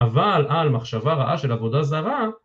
אבל על מחשבה רעה של עבודה זרה,